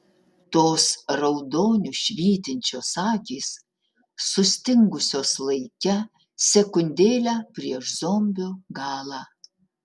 tos raudoniu švytinčios akys sustingusios laike sekundėlę prieš zombio galą